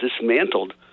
dismantled